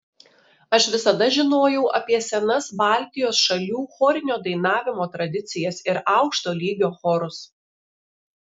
aš visada žinojau apie senas baltijos šalių chorinio dainavimo tradicijas ir aukšto lygio chorus